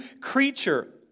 creature